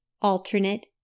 alternate